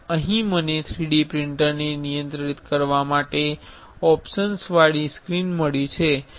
અહીં મને 3D પ્રિંટરને નિયંત્રિત કરવા માટે ઓપ્શન્સવાળી સ્ક્રીન મળી છે